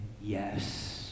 yes